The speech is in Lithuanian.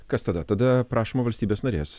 kas tada tada prašome valstybės narės